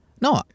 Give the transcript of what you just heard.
no